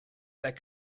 that